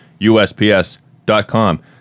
usps.com